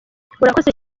urakoze